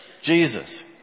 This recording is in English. Jesus